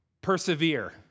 persevere